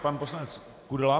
Pan poslanec Kudela.